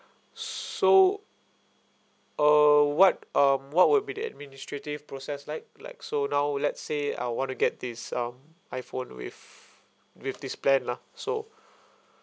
so uh what um what would be the administrative process like like so now let's say I want to get this um iphone with with this plan lah so